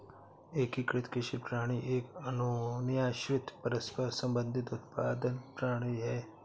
एकीकृत कृषि प्रणाली एक अन्योन्याश्रित, परस्पर संबंधित उत्पादन प्रणाली है